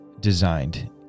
designed